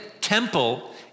temple